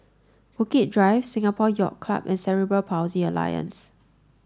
Bukit Drive Singapore Yacht Club and Cerebral Palsy Alliance